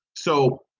so,